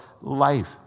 life